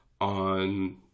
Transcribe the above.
on